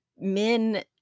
men